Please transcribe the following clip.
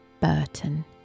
Burton